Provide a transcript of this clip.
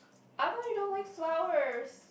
I thought you don't wear flowers